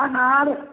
अनार